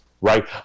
right